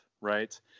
right